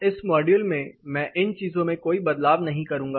इस मॉड्यूल में मैं इन चीजों में कोई बदलाव नहीं करूंगा